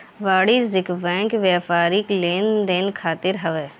वाणिज्यिक बैंक व्यापारिक लेन देन खातिर हवे